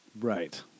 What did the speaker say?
Right